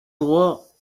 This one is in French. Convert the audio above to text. droits